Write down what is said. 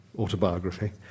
autobiography